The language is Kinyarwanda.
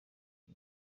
iyo